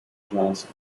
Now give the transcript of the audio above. johnson